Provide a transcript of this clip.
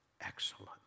excellent